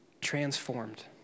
transformed